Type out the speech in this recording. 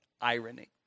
irony